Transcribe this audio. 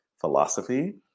philosophy-